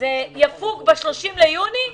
זה יפוג ב-30 ביוני,